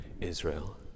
Israel